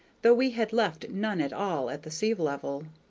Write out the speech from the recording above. though we had left none at all at the sea-level.